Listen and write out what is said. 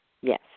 Yes